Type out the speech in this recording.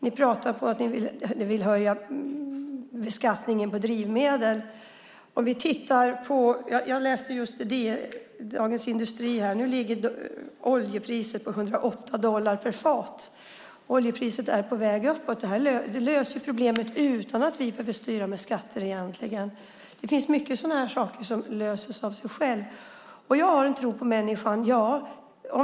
Ni pratar om att ni vill höja beskattningen på drivmedel. Jag läste just i Dagens Industri att oljepriset nu ligger på 108 dollar per fat. Oljepriset är på väg uppåt. Det löser problemet utan att vi behöver styra med skatter. Det är mycket som löser sig av sig självt. Jag har en tro på människan.